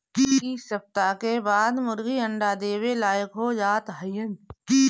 इक्कीस सप्ताह के बाद मुर्गी अंडा देवे लायक हो जात हइन